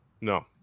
No